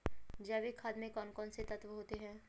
जैविक खाद में कौन कौन से तत्व होते हैं?